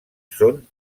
són